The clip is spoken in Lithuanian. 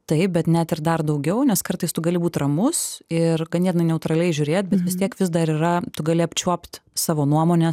taip bet net ir dar daugiau nes kartais tu gali būt ramus ir ganėtinai neutraliai žiūrėt bet vis tiek vis dar yra tu gali apčiuopt savo nuomonę